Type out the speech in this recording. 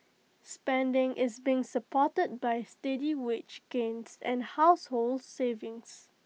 spending is being supported by steady wage gains and household savings